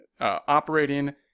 operating